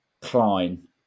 Klein